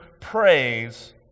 praise